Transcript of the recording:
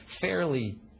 fairly